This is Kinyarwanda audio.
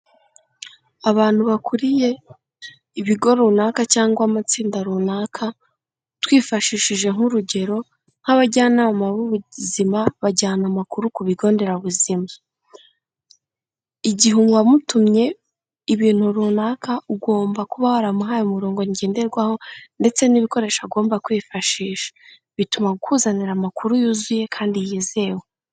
Abantu bakuriye ibigo runaka cyangwa amatsinda runaka twifashishije nk'urugero nk'abajyanama b'ubuzima bajyana ku bigo nderabuzima, igihe wamutumye ibintu runaka ugomba kuba waramuhaye umurongo ngenderwaho ndetse n'ibikoresho agomba kwifashisha bituma akuzanira amakuru yuzuye kandi yizewe.